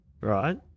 right